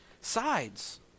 sides